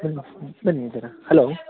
ಹ್ಞೂ ಹ್ಞೂ ಬನ್ನಿ ಇದರ ಹಲೋ